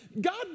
God